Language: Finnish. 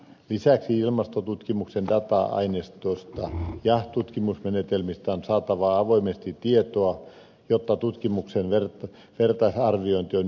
lisäksi ilmastotutkimuksen aineistosta ja tutkimusmenetelmistä on saatava avoimesti tietoa jotta tutkimuksen vertaisarviointi on ylipäänsä mahdollista